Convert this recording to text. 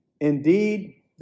Indeed